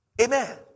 Amen